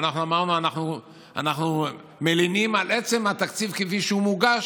ואנחנו אמרנו: אנחנו מלינים על עצם התקציב כפי שהוא מוגש.